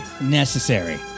Necessary